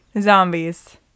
zombies